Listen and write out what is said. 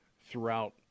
throughout